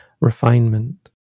refinement